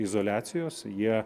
izoliacijos jie